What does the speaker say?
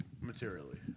materially